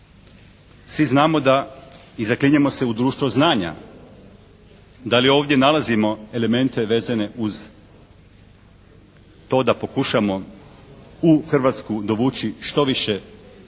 Svi znamo da i zaklinjemo se u društvo znanja. Da li ovdje nalazimo elemente vezene uz to da pokušamo u Hrvatsku dovući što više